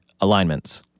alignments